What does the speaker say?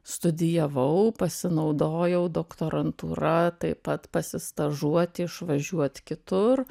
studijavau pasinaudojau doktorantūra taip pat pasistažuoti išvažiuot kitur